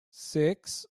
six